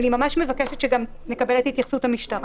אני ממש מבקשת שנקבל גם את התייחסות המשטרה.